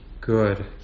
good